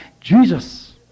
Jesus